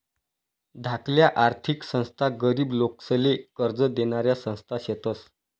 धाकल्या आर्थिक संस्था गरीब लोकेसले कर्ज देनाऱ्या संस्था शेतस